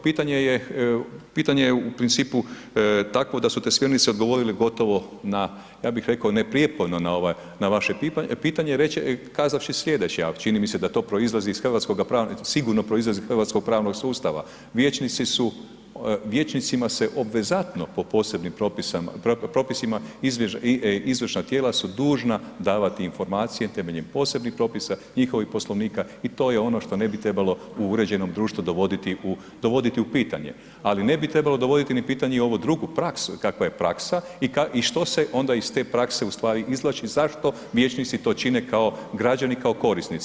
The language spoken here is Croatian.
Pitanje je, pitanje je u principu takvo da su te smjernice odgovorile gotovo na, ja bih rekao neprijeporno na vaše pitanje kazavši slijedeće, a čini mi se da to proizlazi iz hrvatskog, sigurno proizlazi iz hrvatskog pravnog sustava, vijećnici su, vijećnicima se obvezatno po posebnim propisima izvršna tijela su dužna davati informacije temeljem posebnih propisa, njihovih poslovnika i to je ono što ne bi trebalo u uređenom društvu dovoditi u, dovoditi u pitanje, ali ne bi trebalo dovoditi ni pitanje i ovo drugo, praksu, kakva je praksa i što se onda iz te prakse u stvari izvlači, zašto vijećnici to čine kao građani kao korisnici.